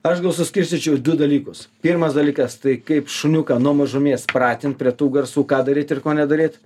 aš gal suskirstyčiau du dalykus pirmas dalykas tai kaip šuniuką nuo mažumės pratint prie tų garsų ką daryt ir ko nedaryt